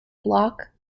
block